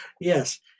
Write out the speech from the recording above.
Yes